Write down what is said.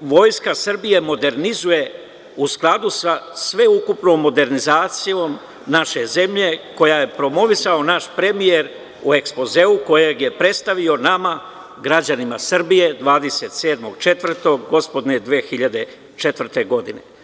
Vojska Srbije modernizuje u skladu sa sveukupnom modernizacijom naše zemlje koju je promovisao naš premijer u ekspozeu, kojeg je predstavio nama građanima Srbije 27.04. gospodnje 2014. godine.